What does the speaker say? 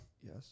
Yes